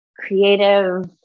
creative